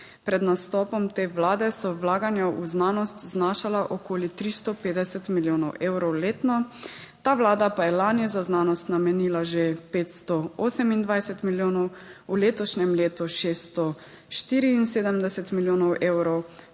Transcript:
Pred nastopom te vlade so vlaganja v znanost znašala okoli 350 milijonov evrov letno, ta vlada pa je lani za znanost namenila že 528 milijonov, v letošnjem letu 674 milijonov evrov,